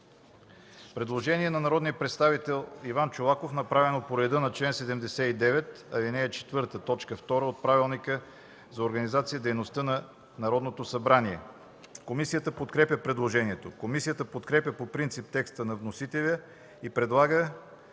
Предложение на народния представител Иван Чолаков, направено по реда на чл. 79, ал. 4, т. 2 от Правилника за организацията и дейността на Народното събрание. Комисията подкрепя предложението. Комисията подкрепя по принцип текста на вносителя и предлага